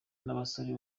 nabasore